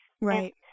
Right